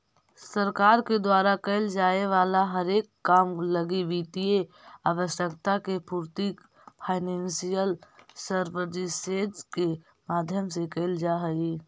सरकार के द्वारा कैल जाए वाला हरेक काम लगी वित्तीय आवश्यकता के पूर्ति फाइनेंशियल सर्विसेज के माध्यम से कैल जा हई